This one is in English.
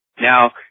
Now